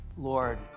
Lord